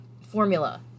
formula